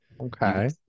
Okay